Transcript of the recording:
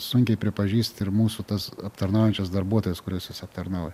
sunkiai pripažįsta ir mūsų tas aptarnaujančias darbuotojas kurios juos aptarnauja